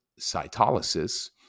cytolysis